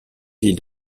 ville